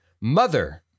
Mother